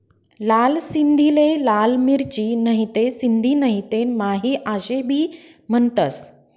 लाल सिंधीले लाल मिरची, नहीते सिंधी नहीते माही आशे भी म्हनतंस